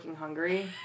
hungry